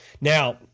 Now